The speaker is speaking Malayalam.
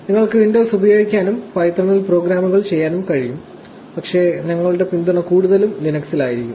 നിങ്ങൾക്ക് വിൻഡോസ് ഉപയോഗിക്കാനും പൈത്തണിൽ പ്രോഗ്രാമുകൾ ചെയ്യാനും കഴിയണം പക്ഷേ ഞങ്ങളുടെ പിന്തുണ കൂടുതലും ലിനക്സിൽ ആയിരിക്കും